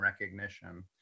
recognition